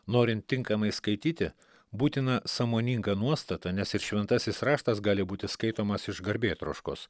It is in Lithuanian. norint tinkamai skaityti būtina sąmoninga nuostata nes ir šventasis raštas gali būti skaitomas iš garbėtroškos